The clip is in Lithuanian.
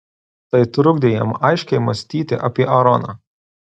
tai trukdė jam aiškiai mąstyti apie aaroną